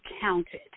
counted